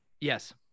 Yes